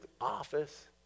office